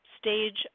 stage